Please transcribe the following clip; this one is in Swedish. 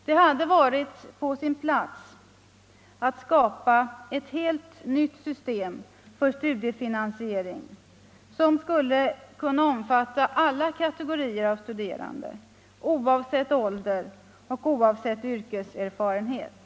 Det hade varit på sin plats att skapa ett helt nytt system för studiefinansiering, som skulle kunna omfatta alla kategorier av studerande oavsett ålder och yrkeserfarenhet.